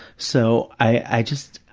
so i, i just,